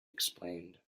explained